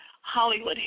Hollywood